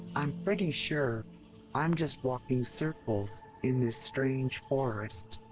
i'm pretty sure i'm just walking circles in this strange forest.